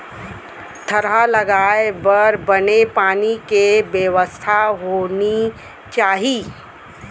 थरहा लगाए बर बने पानी के बेवस्था होनी चाही